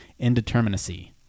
indeterminacy